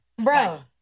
bro